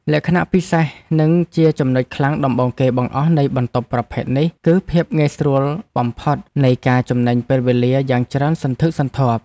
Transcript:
លក្ខណៈពិសេសនិងជាចំណុចខ្លាំងដំបូងគេបង្អស់នៃបន្ទប់ប្រភេទនេះ គឺភាពងាយស្រួលបំផុតនិងការចំណេញពេលវេលាយ៉ាងច្រើនសន្ធឹកសន្ធាប់។